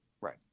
Right